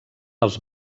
els